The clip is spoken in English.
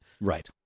Right